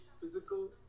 physical